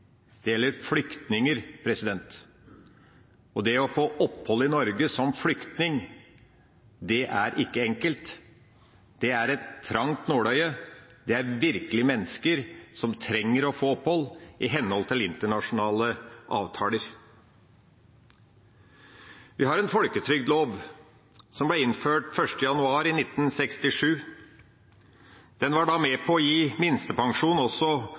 Dette gjelder flyktninger. Det å få opphold i Norge som flyktning er ikke enkelt. Det er et trangt nåløye. Det er mennesker som virkelig trenger å få opphold i henhold til internasjonale avtaler. Vi har en folketrygdlov som ble innført 1. januar 1967. Den var med på å gi minstepensjon også